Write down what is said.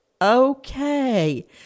Okay